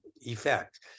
effect